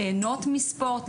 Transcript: ליהנות מספורט,